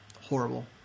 horrible